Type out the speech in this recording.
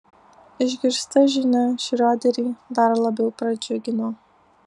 išgirsta žinia šrioderį dar labiau pradžiugino